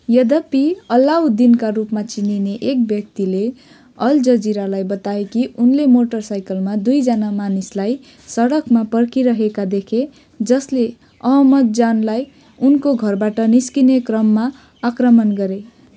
यद्यपि अल्लाउदिनका रूपमा चिनिने एक व्यक्तिले अल जजिरालाई बताए कि उनले मोटरसाइकलमा दुईजना मानिसलाई सडकमा पर्खिरहेका देखे जसले अहमदजानलाई उनको घरबाट निस्किने क्रममा आक्रमण गरे